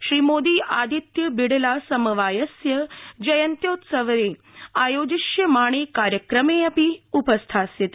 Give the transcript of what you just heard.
श्रीमोदी आदित्य बिडला समवायस्य जयन्त्यवसरे आयोजयिष्यमाणे कार्यक्रमे अपि उपस्थास्यति